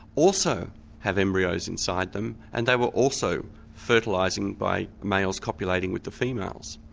also have embryos inside them and they were also fertilising by males copulating with the females.